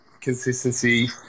consistency